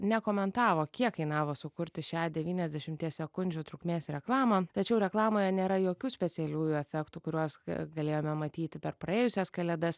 nekomentavo kiek kainavo sukurti šią devyniasdešimties sekundžių trukmės reklamą tačiau reklamoje nėra jokių specialiųjų efektų kuriuos galėjome matyti per praėjusias kalėdas